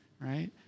right